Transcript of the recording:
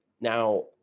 Now